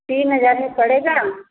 तीन हज़ार में पड़ेगा